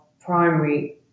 primary